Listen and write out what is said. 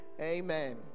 Amen